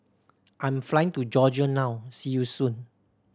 I'm flying to Georgia now see you soon